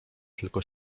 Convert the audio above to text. tylko